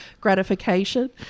gratification